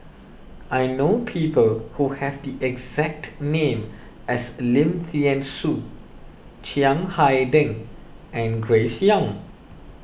I know people who have the exact name as Lim thean Soo Chiang Hai Ding and Grace Young